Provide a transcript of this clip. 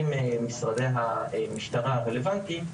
עם משרדי המשטרה הרלוונטיים,